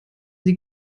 sie